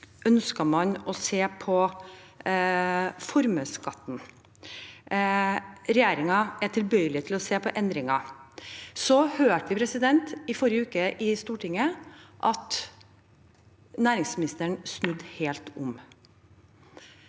ønsker man å se på formuesskatten, at regjeringen er tilbøyelig til å se på endringer. Så hørte vi i forrige uke i Stortinget at næringsministeren snudde helt om.